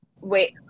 wait